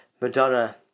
Madonna